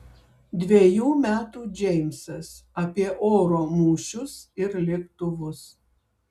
dvejų metų džeimsas apie oro mūšius ir lėktuvus